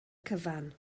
cyfan